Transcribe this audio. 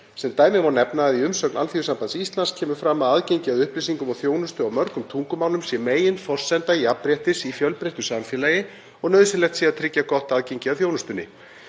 Sem dæmi má nefna að í umsögn Alþýðusambands Íslands kemur fram að aðgengi að upplýsingum og þjónustu á mörgum tungumálum sé meginforsenda jafnréttis í fjölbreyttu samfélagi og nauðsynlegt sé að tryggja gott aðgengi að þjónustunni.